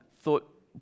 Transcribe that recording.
thought